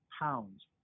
pounds